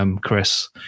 Chris